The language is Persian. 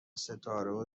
ستاره